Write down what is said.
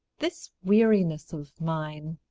this weariness of mine,